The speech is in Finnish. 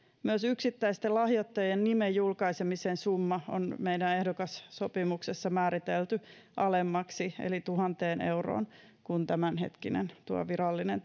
myös yksittäisten lahjoittajien nimen julkaisemisen summa on meidän ehdokassopimuksessamme määritelty alemmaksi eli tuhanteen euroon kuin tämänhetkinen tuo virallinen